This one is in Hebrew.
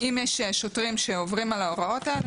אם יש שוטרים שעוברים על ההוראות האלה,